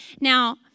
Now